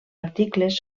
articles